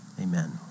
amen